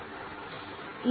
ಆಗಿದೆ